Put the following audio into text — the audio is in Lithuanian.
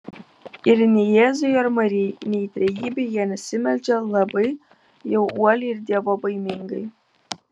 ir nei jėzui ar marijai nei trejybei jie nesimeldžia labai jau uoliai ir dievobaimingai